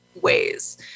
ways